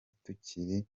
tukiri